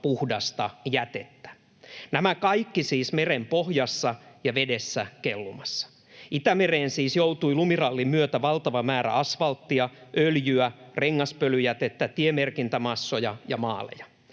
puhdasta jätettä. Nämä kaikki siis merenpohjassa ja vedessä kellumassa. Itämereen siis joutui lumirallin myötä valtava määrä asvalttia, öljyä, rengaspölyjätettä, tiemerkintämassoja ja -maaleja,